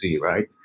right